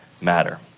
matter